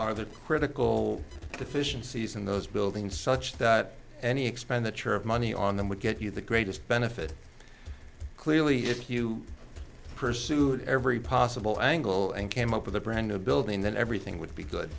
are the critical deficiencies in those building such that any expenditure of money on them would get you the greatest benefit clearly if you pursued every possible angle and came up with a brand new building then everything would be good